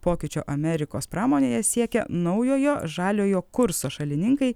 pokyčio amerikos pramonėje siekia naujojo žaliojo kurso šalininkai